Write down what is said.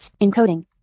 Encoding